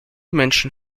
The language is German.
menschen